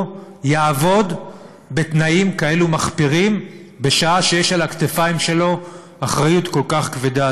יעבוד בתנאים כאלה מחפירים בשעה שיש על הכתפיים שלו אחריות כל כך כבדה.